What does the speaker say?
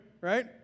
right